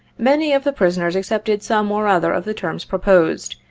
many of the prisoners accepted some or other of the terms proposed,